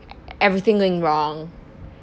everything going wrong